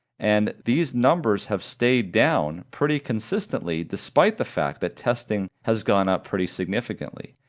and these numbers have stayed down pretty consistently despite the fact that testing has gone up pretty significantly,